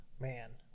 Man